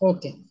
Okay